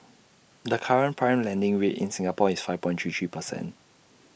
the current prime lending rate in Singapore is five point three three percent